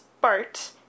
Bart